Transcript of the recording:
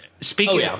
speaking